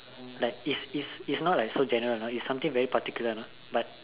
like it's it's it's not like so general you know it's something very particular you know but